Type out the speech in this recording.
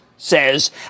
Says